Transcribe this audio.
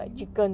you mean